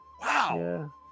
wow